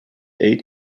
eight